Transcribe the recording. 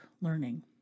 learning